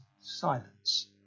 silence